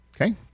okay